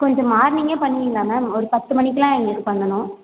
கொஞ்சம் மார்னிங்கே பண்ணுவீங்களா மேம் ஒரு பத்து மணிக்கெலாம் எங்களுக்கு பண்ணணும்